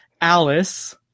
Alice